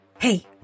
Hey